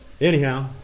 anyhow